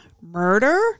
murder